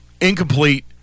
incomplete